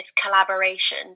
collaboration